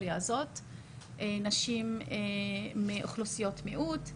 נשים מאוכלוסיות מיעוט.